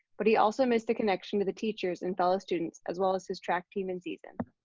but he also missed the connection to the teachers and fellow students, as well as his track team and season.